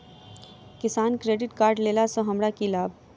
किसान credit card लेला सऽ हमरा की लाभ?